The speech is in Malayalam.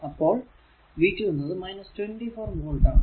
അപ്പോൾ v 2 24 വോൾട് ആണ്